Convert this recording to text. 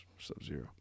Sub-Zero